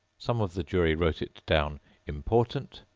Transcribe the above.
some of the jury wrote it down important,